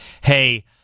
hey